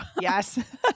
Yes